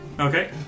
Okay